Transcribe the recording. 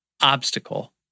obstacle